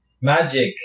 magic